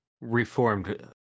Reformed